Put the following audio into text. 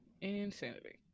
Insanity